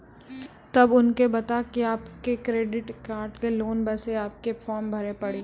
तब उनके बता के आपके के एक क्रेडिट लोन ले बसे आपके के फॉर्म भरी पड़ी?